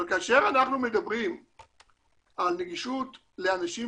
אבל כאשר אנחנו מדברים על נגישות טכנולוגית לאנשים עם